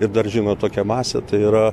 ir dar žinot tokia masė tai yra